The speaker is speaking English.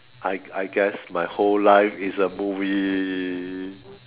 I I guess my whole life is a movie